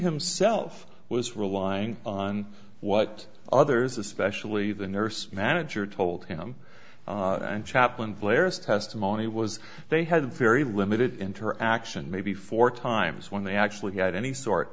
himself was relying on what others especially the nurse manager told him and chaplain blair's testimony was they had a very limited interaction maybe four times when they actually had any sort